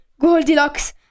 Goldilocks